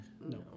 No